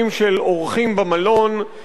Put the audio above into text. של אורחים במלון,